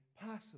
possible